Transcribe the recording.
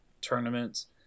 tournaments